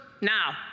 Now